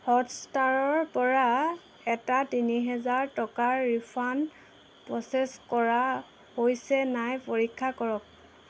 হটষ্টাৰৰপৰা এটা তিনি হাজাৰ টকাৰ ৰিফাণ্ড প্ৰ'চেছ কৰা হৈছে নাই পৰীক্ষা কৰক